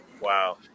Wow